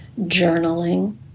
journaling